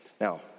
Now